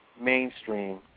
mainstream